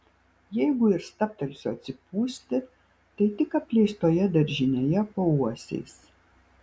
jeigu ir stabtelsiu atsipūsti tai tik apleistoje daržinėje po uosiais